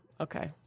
Okay